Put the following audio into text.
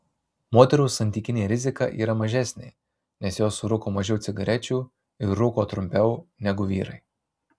moterų santykinė rizika yra mažesnė nes jos surūko mažiau cigarečių ir rūko trumpiau negu vyrai